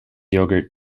yogurt